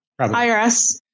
IRS